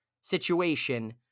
situation